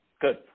Good